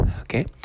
Okay